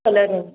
color